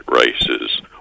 races